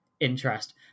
interest